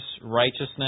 righteousness